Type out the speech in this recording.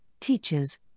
teachers